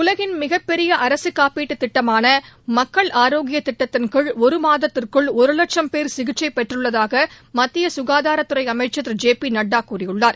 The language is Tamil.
உலகின் மிகப்பெரியஅரசுகாப்பீட்டுத் திட்டமானமக்கள் ஆரோக்கியதிட்டத்தின்கீழ் ஒருமாதத்திற்குள் ஒருவட்சம் பேர் சிகிச்சைபெற்றுள்ளதாகமத்தியசுகாதாரத் துறைஅமைச்சர் திரு ஜே பிநட்டாகூறியுள்ளார்